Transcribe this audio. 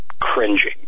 cringing